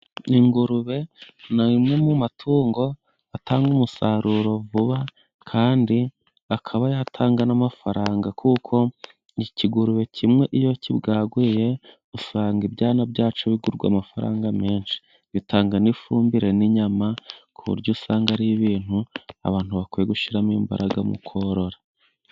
Ingurube ni imwe mu matungo atanga umusaruro vuba kandi akaba yatanga n'amafaranga, kuko ikigurube kimwe iyo kibwaguye usanga ibyana byacyo bigurwa amafaranga menshi bitanga n'ifumbire n'inyama, k'uburyo usanga ari ibintu abantu bakwiye gushyiramo imbaraga mu korora.